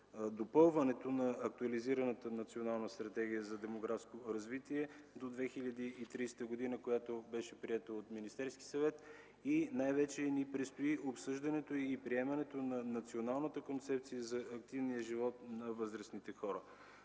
допълването на актуализираната Националната стратегия за демографско развитие до 2030 г., която беше приета от Министерския съвет. Предстои ни обсъждането и приемането на Националната концепция за активния живот на възрастните хора.